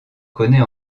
connaît